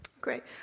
great